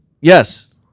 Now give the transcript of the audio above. Yes